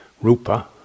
Rupa